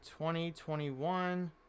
2021